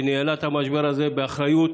שניהלה את המשבר הזה באחריות